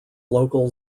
local